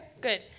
good